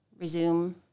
resume